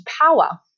power